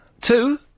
two